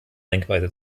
denkweise